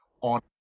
on